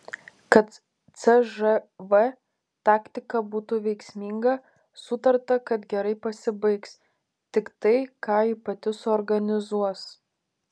kad cžv taktika būtų veiksminga sutarta kad gerai pasibaigs tik tai ką ji pati suorganizuos